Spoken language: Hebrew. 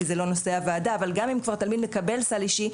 אבל גם אם כבר תלמיד מקבל סל אישי,